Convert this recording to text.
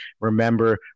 Remember